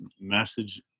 message